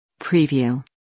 preview